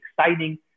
exciting